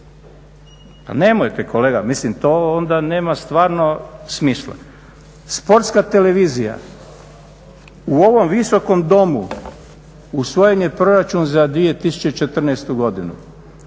Pa nemojte kolega, mislim to onda nema stvarno smisla. Sportska televizija, u ovom Visokom domu usvojen je proračun za 2014. godinu.